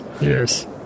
Yes